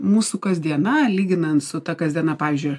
mūsų kasdiena lyginant su ta kasdiena pavyzdžiui